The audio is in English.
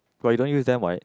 but you don't use them right